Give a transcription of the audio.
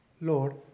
Lord